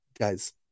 guys